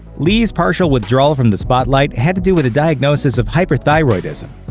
li's partial withdrawal from the spotlight had to do with a diagnosis of hyperthyroidism.